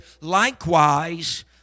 likewise